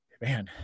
man